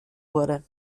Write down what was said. wurde